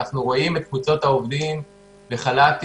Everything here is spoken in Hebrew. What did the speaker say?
רואים את קבוצות העובדים בחל"תים,